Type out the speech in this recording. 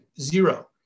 Zero